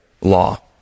law